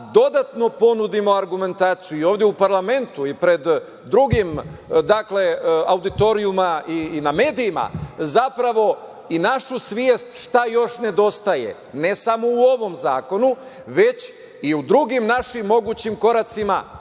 dodatno ponudimo argumentaciju i ovde u parlamentu i pred drugim, dakle auditorijumom i na medijima, zapravo i našu svest šta još nedostaje, ne samo u ovom zakonu, već i u drugim našim mogućim koracima